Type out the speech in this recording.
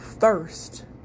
first